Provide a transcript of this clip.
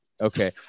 Okay